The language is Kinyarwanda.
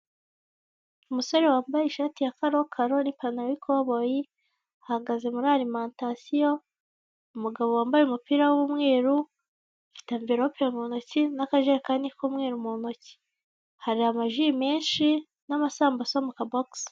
Umusore wambaye ishati ya karokaro n'ipantaro y'ikoboyi, ahagaze muri alimantasiyo, umugabo wambaye umupira w'umweru, afite amverope mu ntoki n'akajerekani k'umweru mu ntoki, hari amaji menshi n'amasambusa mu ka bogisi.